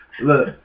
Look